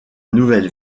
nouvelle